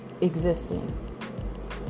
existing